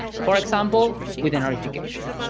for example with a notification.